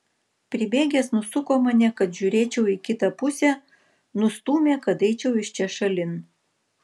pribėgęs nusuko mane kad žiūrėčiau į kitą pusę nustūmė kad eičiau iš čia šalin